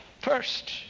First